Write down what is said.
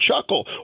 chuckle